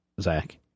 zach